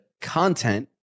content